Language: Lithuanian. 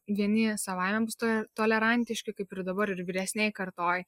vieni savaime bus to tolerantiški kaip ir dabar ir vyresnėj kartoj